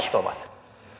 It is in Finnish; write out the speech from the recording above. ovat